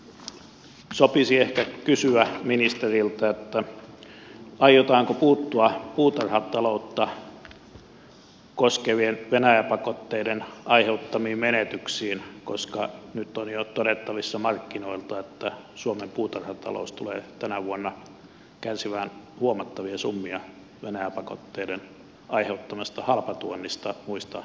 nyt sopisi ehkä kysyä ministeriltä aiotaanko puuttua puutarhataloutta koskevien venäjä pakotteiden aiheuttamiin menetyksiin koska nyt on jo todettavissa markkinoilla että suomen puutarhatalous tulee tänä vuonna kärsimään huomattavia summia venäjä pakotteiden aiheuttamasta halpatuonnista muista eu maista